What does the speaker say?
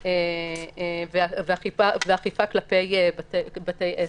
ואכיפה כלפי בתי עסק.